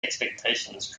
expectations